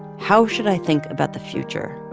how should i think about the future?